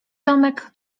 domek